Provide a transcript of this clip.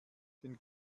den